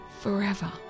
forever